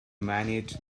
manage